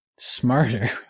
smarter